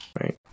right